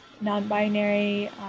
non-binary